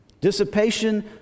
dissipation